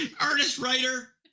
Artist-writer